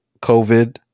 COVID